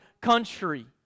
country